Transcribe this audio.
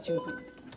Dziękuję.